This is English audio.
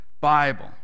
Bible